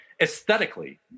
aesthetically